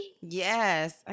Yes